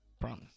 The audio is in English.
Promise